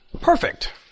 perfect